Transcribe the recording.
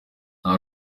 nta